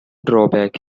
drawback